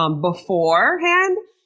beforehand